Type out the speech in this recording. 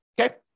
Okay